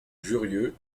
jurieu